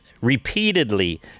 repeatedly